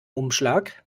umschlag